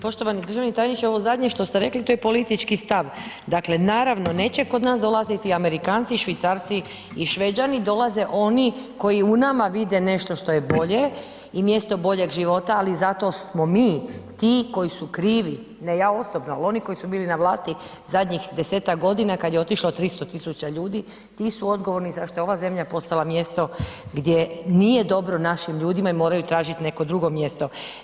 Poštovani državni tajniče, ovo zadnje što ste rekli to je politički stav, dakle naravno neće kod nas dolaziti Amerikanci, Švicarci i Šveđani, dolaze oni koji u nama vide nešto što je bolje i mjesto boljeg života, ali zato smo mi ti koji su krivi, ne ja osobno, al oni koji su bili na vlasti zadnjih 10-tak godina kad je otišlo 300 000 ljudi, ti su odgovorni zašto je ova zemlja postala mjesto gdje nije dobro našim ljudima i moraju tražit neko drugo mjesto.